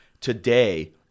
today